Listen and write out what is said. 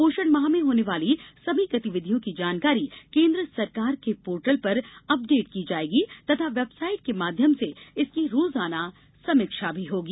पोषण माह में होने वाली सभी गतिविधियों की जानकारी केन्द्र सरकार के पोर्टल पर अपडेट की जायेगी तथा वेबसाइट के माध्यम से इसकी रोजाना समीक्षा भी होगी